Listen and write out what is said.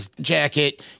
jacket